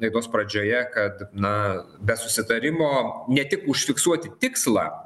laidos pradžioje kad na be susitarimo ne tik užfiksuoti tikslą